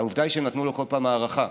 העובדה היא שנתנו לו כל פעם הארכה,